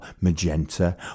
Magenta